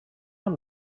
amb